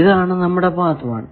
ഇതാണ് നമ്മുടെ പാത്ത് 1